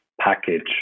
package